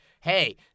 hey